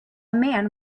man